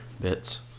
bits